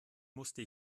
musste